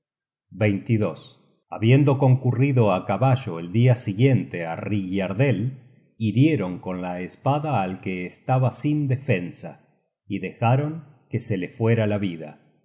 traicion habiendo concurrido á caballo el dia siguiente á rygiardel hirieron con la espada al que estaba sin defensa y dejaron que se le fuera la vida